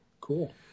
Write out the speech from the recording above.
cool